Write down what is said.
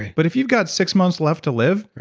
but if you've got six months left to live,